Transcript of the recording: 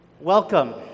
welcome